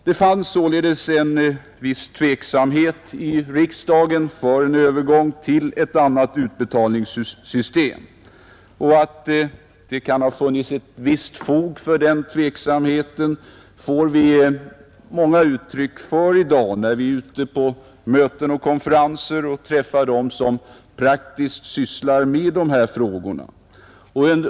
Det fanns således en viss tveksamhet i riksdagen för övergång till ett annat utbetalningssystem. Att det fanns ett visst fog för den tveksamheten får vi många uttryck för i dag när vi på möten och konferenser träffar dem som praktiskt sysslar med dessa frågor.